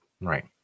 Right